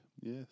Yes